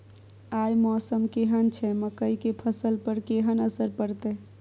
आय मौसम केहन छै मकई के फसल पर केहन असर परतै?